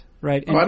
right